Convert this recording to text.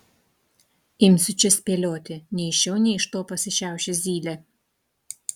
imsiu čia spėlioti nei iš šio nei iš to pasišiaušė zylė